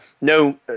no